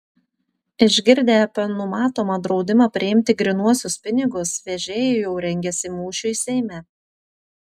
išgirdę apie numatomą draudimą priimti grynuosius pinigus vežėjai jau rengiasi mūšiui seime